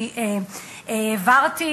העברתי,